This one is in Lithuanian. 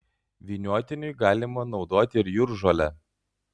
vyniotiniui galima naudoti ir jūržolę